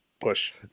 push